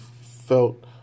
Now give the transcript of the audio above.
felt